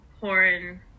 porn